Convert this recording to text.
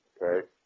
Okay